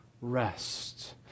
rest